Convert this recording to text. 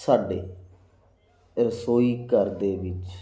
ਸਾਡੇ ਰਸੋਈ ਘਰ ਦੇ ਵਿੱਚ